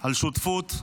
על שותפות.